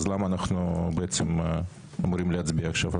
למה אנחנו אמורים להצביע עכשיו?